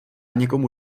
někomu